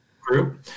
group